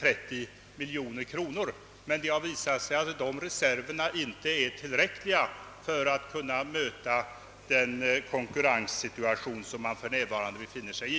Det har emellertid visat sig att dessa reserver inte är tillräckliga för att kunna möta den konkurrenssituation man för närvarande befinner sig i.